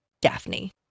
Daphne